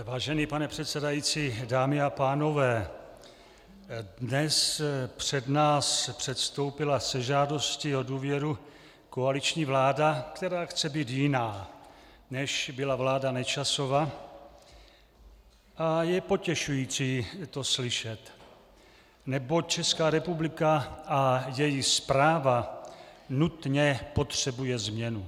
Vážený pane předsedající, dámy a pánové, dnes před nás předstoupila se žádostí o důvěru koaliční vláda, která chce být jiná, než byla vláda Nečasova, a je potěšující to slyšet, neboť Česká republika a její správa nutně potřebuje změnu.